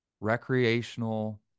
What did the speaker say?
recreational